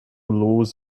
laws